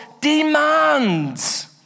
demands